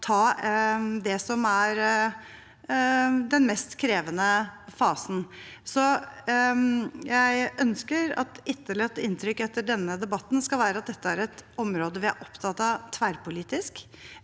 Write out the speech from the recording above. inn i den mest krevende fasen. Jeg ønsker at etterlatt inntrykk etter denne debatten skal være at dette er et område vi er opptatt av tverrpolitisk,